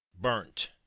burnt